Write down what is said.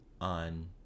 on